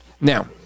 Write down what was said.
Now